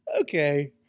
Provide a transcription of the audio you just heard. okay